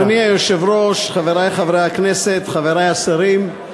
אדוני היושב-ראש, חברי חברי הכנסת, חברי השרים,